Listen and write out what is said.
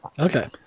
Okay